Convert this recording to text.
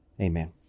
amen